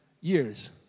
years